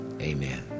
amen